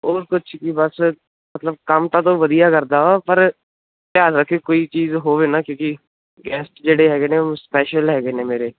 ਉਹ ਕੁਛ ਵੀ ਬਸ ਮਤਲਵ ਵੀ ਕੰਮ ਤਾਂ ਤੂੰ ਵਧੀਆ ਕਰਦਾ ਪਰ ਧਿਆਨ ਰੱਖੇ ਕੋਈ ਚੀਜ਼ ਹੋਵੇ ਨਾ ਕਿਉਕਿ ਗੈਸਟ ਜਿਹੜੇ ਹੈਗੇ ਨੇ ਉਹ ਸਪੈਸ਼ਲ ਹੈਗੇ ਨੇ ਮੇਰੇ